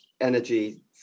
energy